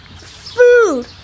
Food